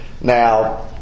now